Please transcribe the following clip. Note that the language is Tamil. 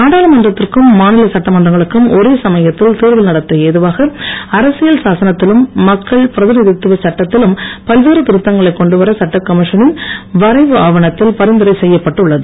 நாடாளுமன்றத்திற்கும் மாநில சட்டமன்றங்களுக்கும் ஒரே சமயத்தில் தேர்தல் நடத்த ஏதுவாக அரசியல் சாசனத்திலும் மக்கள் பிரதிநிதித்துவ சட்டத்திலும் பல்வேறு திருத்தங்களைக் கொண்டு வர சட்ட கமிஷனின் வரைவு ஆவணத்தில் பரிந்துரை செய்யப்பட்டு உள்ளது